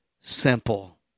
simple